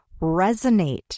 resonate